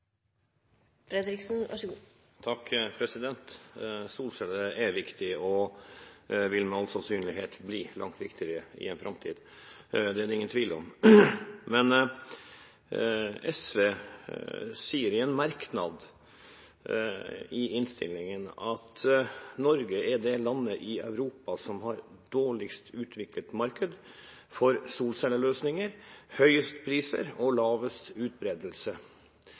vil med all sannsynlighet bli langt viktigere i framtiden. Det er det ingen tvil om. Men SV sier i en merknad i innstillingen at « Norge er det landet i Europa som har dårligst utviklet marked for solcelle-løsninger, høyest priser og lavest utbredelse.»